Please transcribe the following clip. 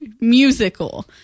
musical